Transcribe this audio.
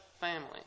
family